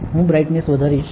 હું બ્રાઈટ્નેસ વધારીશ